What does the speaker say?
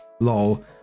Lol